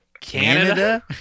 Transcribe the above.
Canada